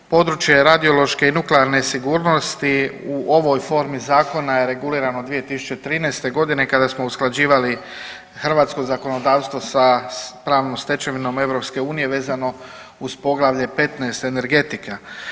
Područje radiološke i nuklearne sigurnosti u ovoj formi zakona je regulirano 2013. godine kada smo usklađivali hrvatsko zakonodavstvo sa pravnom stečevinom EU vezano uz poglavlje 15 Energetika.